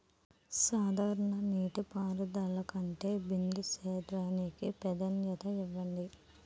సాధారణ నీటిపారుదల కంటే బిందు సేద్యానికి ప్రాధాన్యత ఇవ్వండి